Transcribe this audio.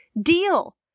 deal